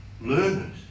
learners